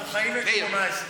אנחנו חיים ב-2018.